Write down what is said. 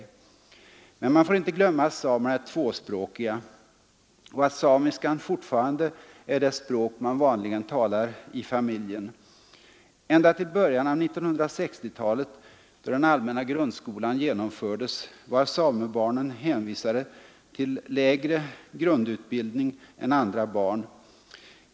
Men man får inte glömma att samerna är tvåspråkiga och att samiskan fortfarande är det språk man vanligen talar i familjen. Ända till början av 1960-talet, då den allmänna grundskolan genomfördes, var samebarnen hänvisade till lägre grundutbildning än andra barn.